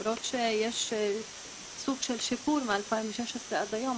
למרות שיש סוג של שיפור מ-2016 ועד היום,